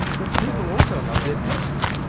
but people also love their pets.